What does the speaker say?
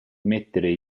mettere